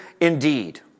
indeed